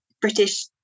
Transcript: British